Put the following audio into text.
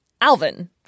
Alvin